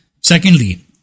Secondly